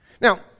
Now